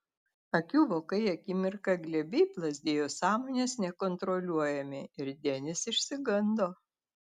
akių vokai akimirką glebiai plazdėjo sąmonės nekontroliuojami ir denis išsigando